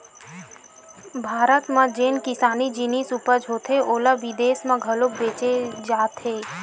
भारत म जेन किसानी जिनिस उपज होथे ओला बिदेस म घलोक भेजे जाथे